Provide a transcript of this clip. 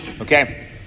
Okay